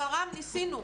אבל רם, ניסינו.